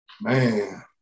man